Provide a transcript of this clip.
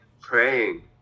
praying